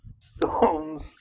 Stones